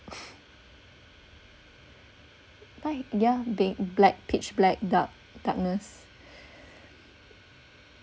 bye yeah big black pitch black darkness